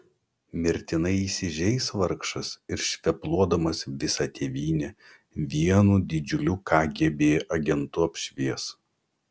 mirtinai įsižeis vargšas ir švepluodamas visą tėvynę vienu didžiuliu kgb agentu apšvies